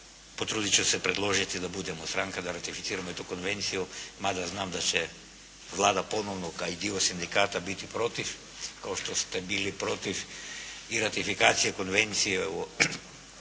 potrudit ću se predložiti da budemo stranka, da ratificiramo i tu konvenciju, mada znam da će Vlada ponovno kao i dio sindikata biti protiv, kao što se bili protiv i ratifikacije Konvencije o